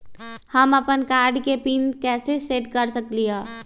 हम अपन कार्ड के पिन कैसे सेट कर सकली ह?